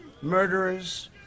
murderers